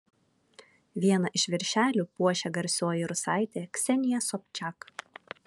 vieną iš viršelių puošia garsioji rusaitė ksenija sobčak